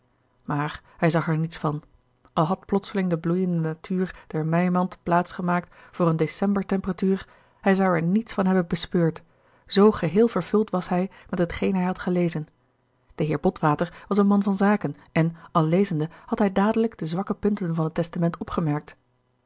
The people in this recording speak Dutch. maar hij zag er niets van al had plotseling de bloeiende natuur der meimaand plaats gemaakt voor eene december temperatuur hij zou er niets van hebben bespeurd zoo gerard keller het testament van mevrouw de tonnette geheel vervuld was hij met hetgeen hij had gelezen de heer botwater was een man van zaken en al lezende had hij dadelijk de zwakke punten van het testament opgemerkt